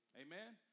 Amen